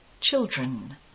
children